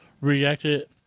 reacted